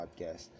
podcast